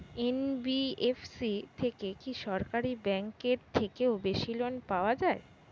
NBFC থেকে কি সরকারি ব্যাংক এর থেকেও বেশি লোন পাওয়া যায়?